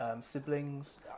siblings